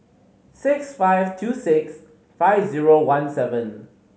six five two six five zero one seven